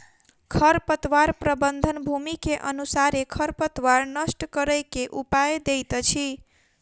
खरपतवार प्रबंधन, भूमि के अनुसारे खरपतवार नष्ट करै के उपाय दैत अछि